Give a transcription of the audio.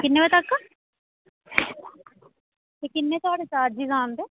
कि'न्ने बजे तक ते कि'न्ने थुआड़े चार्जिस न आंदे